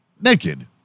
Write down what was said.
naked